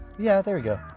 yeah, there we go.